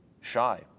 shy